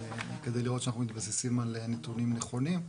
כדי לראות שאנחנו מתבססים על נתונים נכונים.